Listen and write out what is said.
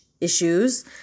issues